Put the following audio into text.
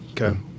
Okay